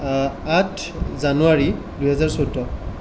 আঠ জানুৱাৰী দুহেজাৰ চৈধ্য